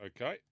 Okay